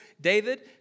David